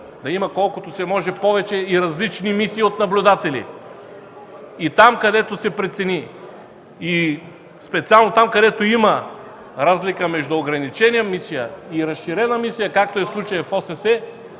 да има колкото се може повече и различни мисии от наблюдатели и специално там, където има разлика между ограничена мисия и разширена мисия, както е в случая в ОССЕ,